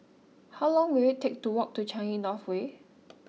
how long will it take to walk to Changi North Way